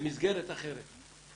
אני